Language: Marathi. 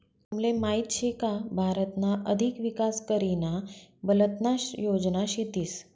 तुमले माहीत शे का भारतना अधिक विकास करीना बलतना योजना शेतीस